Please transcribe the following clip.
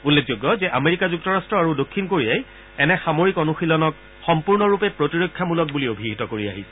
উল্লেখযোগ্য যে আমেৰিকা যুক্তৰাট্ট আৰু দক্ষিণ কোৰিয়াই এনে সামৰিক অনুশীলনক সম্পূৰ্ণৰূপে প্ৰতিৰক্ষামূলক বুলি অভিহিত কৰি আহিছে